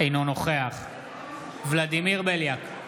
אינו נוכח ולדימיר בליאק,